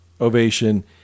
ovation